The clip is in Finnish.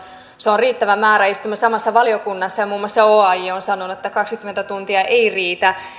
se on riittävä määrä istumme samassa valiokunnassa ja muun muassa oaj on sanonut että kaksikymmentä tuntia ei riitä